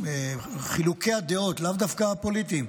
חילוקי הדעות, לאו דווקא הפוליטיים,